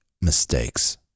mistakes